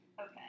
Okay